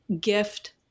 gift